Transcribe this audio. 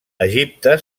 egipte